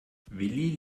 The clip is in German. willi